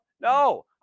No